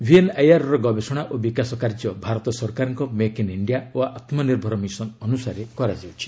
ଭିଏନ୍ଆଇଆର୍ର ଗବେଷଣା ଓ ବିକାଶ କାର୍ଯ୍ୟ ଭାରତ ସରକାରଙ୍କ ମେକ୍ ଇନ୍ ଇଣ୍ଡିଆ ଓ ଆତ୍ମନିର୍ଭର ମିଶନ୍ ଅନୁସାରେ କରାଯାଉଛି